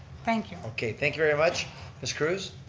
thank you. okay, thank you very much miss crews.